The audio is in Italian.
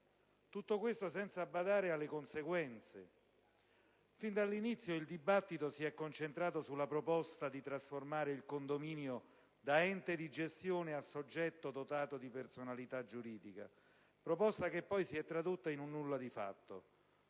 Tutto questo, senza badare alle conseguenze. Fin dall'inizio il dibattito si è concentrato sulla proposta di trasformare il condominio da ente di gestione a soggetto dotato di personalità giuridica. Proposta che poi si è tradotta in un nulla di fatto.